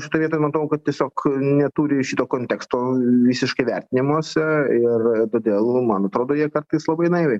šitoj vietoj manau kad tiesiog neturi šito konteksto visiškai vertinimuose ir todėl man atrodo jie kartais labai naiviai